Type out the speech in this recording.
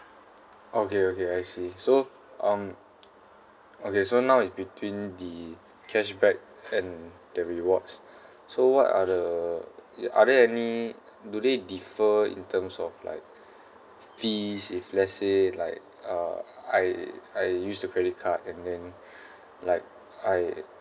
okay okay I see so on okay so now is between the cashback and the rewards so what are the ya are there any do they differ in terms of like f~ fees if let's say like uh I I use the credit card and then like I